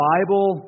Bible